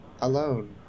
alone